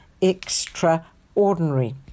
extraordinary